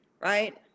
Right